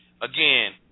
Again